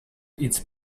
its